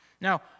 Now